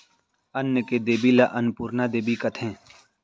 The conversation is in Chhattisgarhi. अन्न के देबी ल अनपुरना देबी कथें